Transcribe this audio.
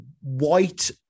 white